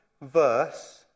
verse